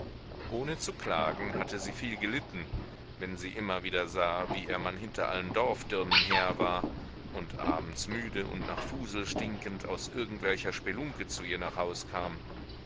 ohne zu klagen hatte sie viel gelitten wenn sie immer wieder sah wie ihr mann hinter allen dorfdirnen her war und abends müde und nach fusel stinkend aus irgendwelcher spelunke zu ihr nach haus kam